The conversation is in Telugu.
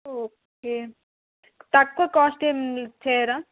ఓకే తక్కువ కాస్ట్ ఏమి చేయరా